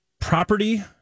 property